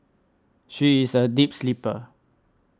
she is a deep sleeper